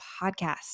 Podcast